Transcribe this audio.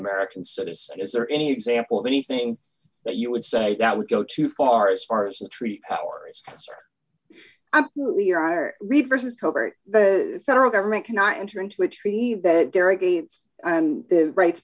american citizen is there any example of anything that you would say that would go too far as far as the tree powers absolutely are reverses covert the federal government cannot enter into a treaty that kerry that's the rights